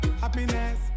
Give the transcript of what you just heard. happiness